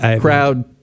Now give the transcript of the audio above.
crowd